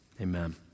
amen